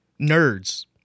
nerds